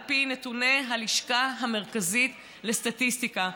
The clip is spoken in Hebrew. על פי נתוני הלשכה המרכזית לסטטיסטיקה.